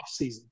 offseason